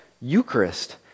Eucharist